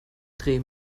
dreh